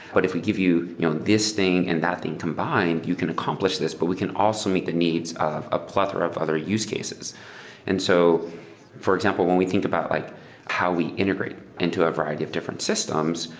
but if we give you you know this thing and that thing combined, you can accomplish this, but we can also meet the needs of a plethora of other use cases and so for example, when we think about like how we integrate into a variety of different systems,